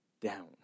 down